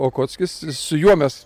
okockis su juo mes